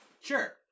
Sure